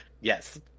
Yes